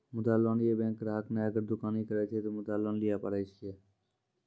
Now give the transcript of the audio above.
मुद्रा लोन ये बैंक ग्राहक ने अगर दुकानी करे छै ते मुद्रा लोन लिए पारे छेयै?